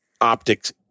optics